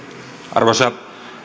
arvoisa